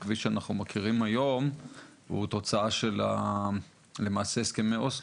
הכביש שאנחנו מכירים היום הוא למעשה תוצאה של הסכמי אוסלו,